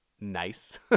nice